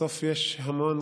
בסוף יש המון,